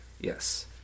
Yes